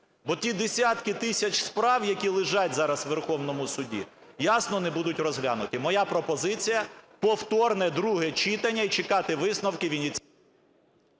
Бо ті десятки тисяч справ, які лежать зараз у Верховному Суді, ясно, не будуть розглянуті. Моя пропозиція: повторне друге читання і чекати висновків Венеціанської…